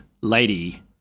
lady